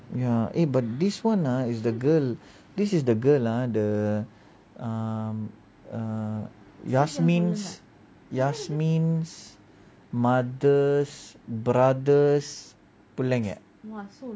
ya eh but this [one] uh the girl this is the girl ah the err err yashmine yashmine mother's brother's friend leh